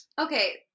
okay